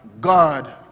God